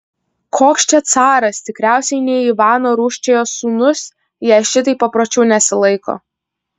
koks čia caras tikriausiai ne ivano rūsčiojo sūnus jei šitaip papročių nesilaiko